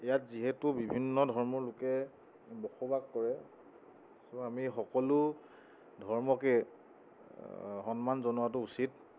ইয়াত যিহেতু বিভিন্ন ধৰ্মৰ লোকে বসবাস কৰে চ' আমি সকলো ধৰ্মকে সন্মান জনোৱাটো উচিত